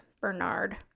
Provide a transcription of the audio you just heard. Bernard